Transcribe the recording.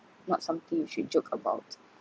not something you should joke about